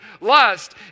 Lust